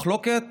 מחלוקת